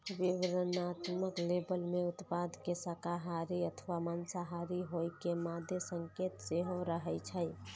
विवरणात्मक लेबल मे उत्पाद के शाकाहारी अथवा मांसाहारी होइ के मादे संकेत सेहो रहै छै